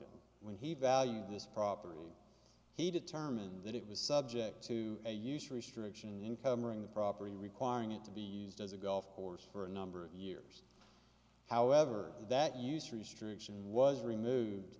n when he valued this property he determined that it was subject to a use restriction in covering the property requiring it to be used as a golf course for a number of years however that use restriction was removed